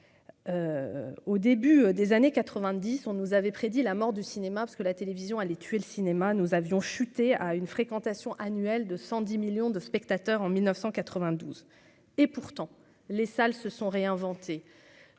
au début des années 90 on nous avait prédit la mort du cinéma parce que la télévision à les tuer le cinéma nous avions chuté à une fréquentation annuelle de 110 millions de spectateurs en 1992 et pourtant les salles se sont réinventées